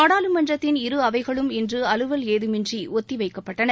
நாடாளுமன்றத்தின் இரு அவைகளும் இன்றும் அலுவல் ஏதமின்றி ஒத்திவைக்கப்பட்டன